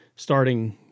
Starting